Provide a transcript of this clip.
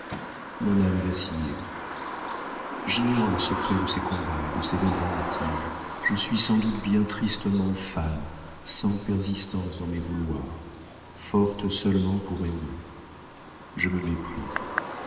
mon âme vacillait j'ignore le secret de ces combats et de ces alternatives je suis sans doute bien tristement femme sans persistance dans mes vouloirs forte seulement pour aimer je me méprise